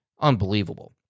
Unbelievable